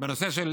בנושא של